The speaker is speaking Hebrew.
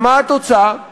ומה התוצאה?